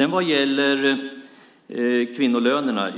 När det gäller kvinnolönerna